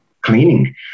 cleaning